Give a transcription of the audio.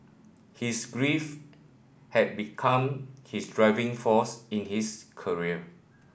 his grief had become his driving force in his career